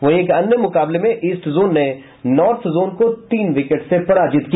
वहीं एक अन्य मुकाबले में ईस्ट जोन ने नार्थ जोन को तीन विकेट से पराजित किया